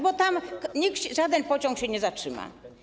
Bo tam żaden pociąg się nie zatrzyma.